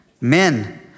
men